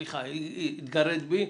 סליחה, התגרית מי.